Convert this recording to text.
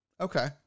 Okay